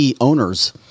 owners